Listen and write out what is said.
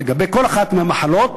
לגבי כל אחת מהמחלות,